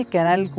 Canal